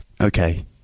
Okay